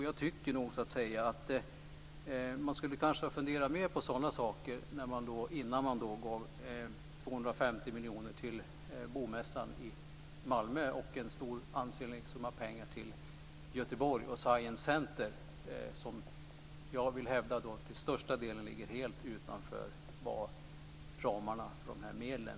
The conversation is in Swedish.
Jag tycker nog att man kanske skulle ha funderat mer på sådana saker innan man gav 250 miljoner till Bomässan i Malmö och en ansenlig summa pengar till Göteborg och Science Center. Jag vill hävda att dessa till största delen ligger helt utanför ramarna för de här medlen.